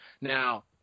now